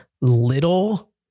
little